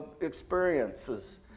experiences